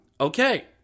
okay